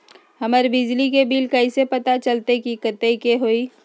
हमर बिजली के बिल कैसे पता चलतै की कतेइक के होई?